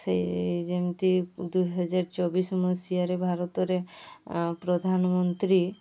ସେ ଯେମିତି ଦୁଇ ହଜାର ଚବିଶ ମସିହାରେ ଭାରତରେ ପ୍ରଧାନମନ୍ତ୍ରୀ